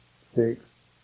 six